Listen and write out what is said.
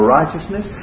righteousness